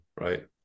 right